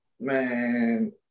Man